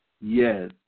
Yes